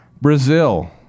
Brazil